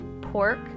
pork